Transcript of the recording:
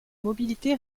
mobilité